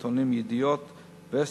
בעיתונים "ידיעות אחרונות",